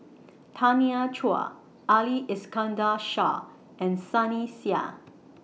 Tanya Chua Ali Iskandar Shah and Sunny Sia